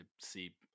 see